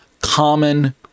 common